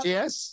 Yes